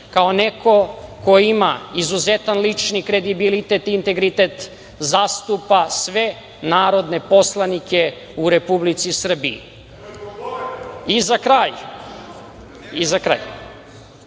kao neko ko ima izuzetan lični kredibilitet i integritet zastupa sve narodne poslanike u Republici Srbiji.Za kraj, uvaženi